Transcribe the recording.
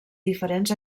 diferents